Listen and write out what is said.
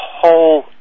whole